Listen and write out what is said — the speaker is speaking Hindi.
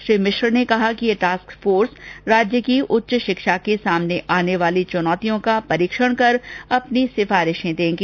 श्री मिश्र ने कहा कि यह टास्क फोर्स राज्य की उच्च शिक्षा के सामने आने वाली चुनौतियां का परीक्षण कर अपनी सिफारिशें देगी